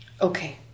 Okay